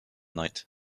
night